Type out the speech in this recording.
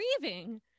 grieving